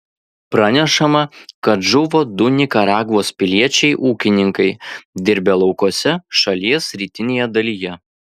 pranešama kad žuvo du nikaragvos piliečiai ūkininkai dirbę laukuose šalies rytinėje dalyje